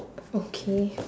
okay